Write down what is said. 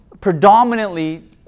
predominantly